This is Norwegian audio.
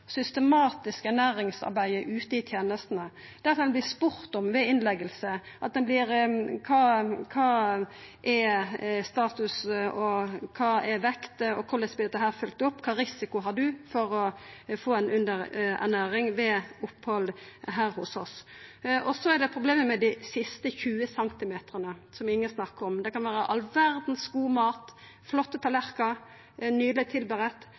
systematiske ernæringsarbeidet ute i tenestene, at ein vert spurd ved innlegging kva statusen er, kva vekta er, korleis dette vert følgt opp, og kva risikoen er for at ein kan verta underernært ved opphaldet. Så er det problemet med dei siste 20 cm, som ingen snakkar om. Det kan vera all verdas gode mat, flotte